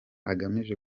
agamije